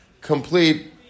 complete